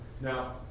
Now